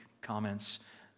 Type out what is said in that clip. comments